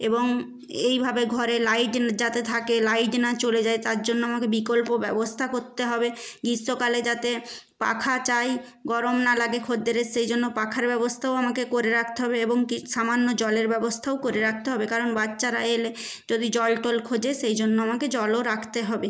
এবং এইভাবে ঘরে লাইট যাতে থাকে লাইট না চলে যায় তার জন্য আমাকে বিকল্প ব্যবস্থা করতে হবে গীষ্মকালে যাতে পাখা চাই গরম না লাগে খদ্দেরের সেই জন্য পাখার ব্যবস্থাও আমাকে করে রাখতে হবে এবং কি সামান্য জলের ব্যবস্থাও করে রাখতে হবে কারণ বাচ্চারা এলে যদি জল টল খোঁজে সেই জন্য আমাকে জলও রাখতে হবে